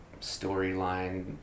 storyline